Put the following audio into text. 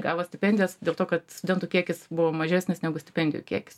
gavo stipendijas dėl to kad studentų kiekis buvo mažesnis negu stipendijų kiekis